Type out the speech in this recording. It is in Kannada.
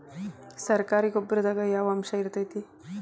ಸರಕಾರಿ ಗೊಬ್ಬರದಾಗ ಯಾವ ಅಂಶ ಇರತೈತ್ರಿ?